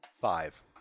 Five